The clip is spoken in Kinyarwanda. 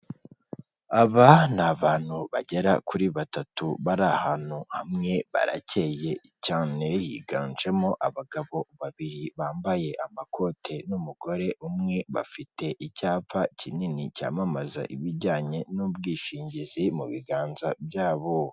Aba ni abantu bagera kuri batatu bari ahantu hamwe barakeye cyane higanjemo abagabo babiri bambaye amakote n'umugore umwe, bafite icyapa kinini cyamamaza ibijyanye n'ubwishingizi mu biganza byabo.